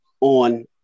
on